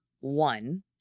one